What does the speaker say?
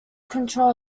control